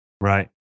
Right